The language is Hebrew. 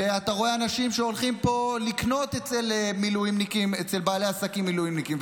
ואתה רואה אנשים שהולכים פה לקנות אצל בעלי עסקים מילואימניקים,